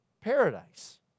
paradise